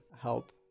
help